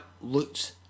looks